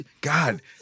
God